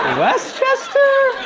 westchester?